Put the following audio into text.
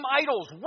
idols